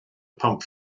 pump